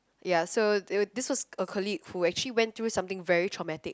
ya so th~ this was a colleague who actually went through something very traumatic